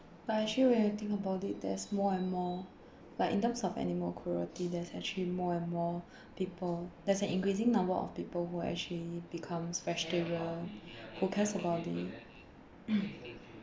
but actually when I think about it there's more and more like in terms of animal cruelty there's actually more and more people there's an increasing number of people who actually becomes vegetarian who cares about it